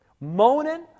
Moaning